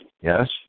Yes